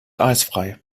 eisfrei